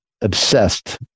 obsessed